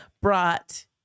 brought